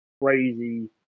crazy